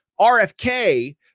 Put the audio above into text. RFK